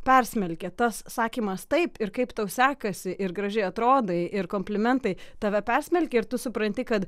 persmelkia tas sakymas taip ir kaip tau sekasi ir gražiai atrodai ir komplimentai tave persmelkia ir tu supranti kad